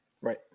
Right